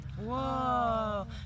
Whoa